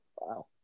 wow